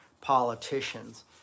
politicians